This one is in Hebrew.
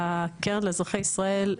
הקרן לאזרחי ישראל,